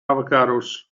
avocados